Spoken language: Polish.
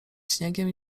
śniegiem